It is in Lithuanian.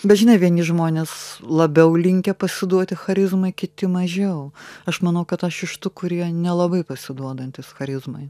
dažnai vieni žmonės labiau linkę pasiduoti charizmai kiti mažiau aš manau kad aš iš tų kurie nelabai pasiduodantys charizmai